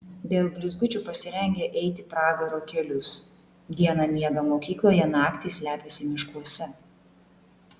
dėl blizgučių pasirengę eiti pragaro kelius dieną miega mokykloje naktį slepiasi miškuose